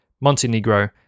montenegro